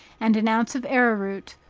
and an ounce of arrow-root,